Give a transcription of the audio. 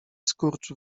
skurcz